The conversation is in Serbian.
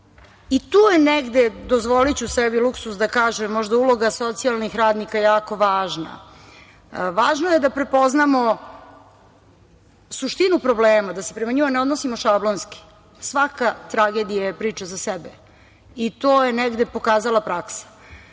i tu je negde, dozvoliću sebi luksuz da kažem, možda uloga socijalnih radnika jako važna. Važno je da prepoznamo suštinu problema, da se prema njima ne odnosimo šablonski. Svaka tragedija je priča za sebe i to je negde pokazala praksa. Ne